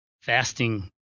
fasting